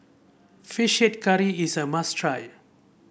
fish head curry is a must try